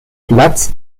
platz